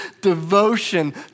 devotion